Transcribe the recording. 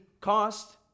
cost